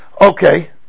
Okay